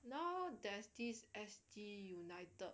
now there's this S_G united